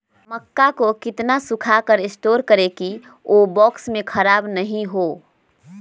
मक्का को कितना सूखा कर स्टोर करें की ओ बॉक्स में ख़राब नहीं हो?